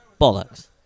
Bollocks